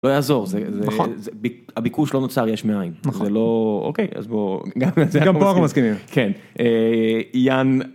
לא יעזור זה, נכון, הביקוש לא נוצר יש מאין זה לא אוקיי אז בואו גם פה אנחנו מסכימים